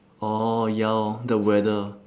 orh ya hor the weather